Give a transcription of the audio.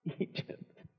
Egypt